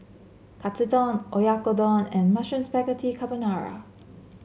Katsudon Oyakodon and Mushroom Spaghetti Carbonara